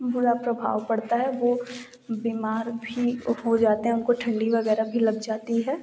बुरा प्रभाव पड़ता है वह बीमार भी हो जाते हैं उनको ठंडी वगैराह भी लग जाती है